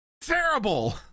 terrible